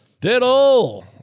Diddle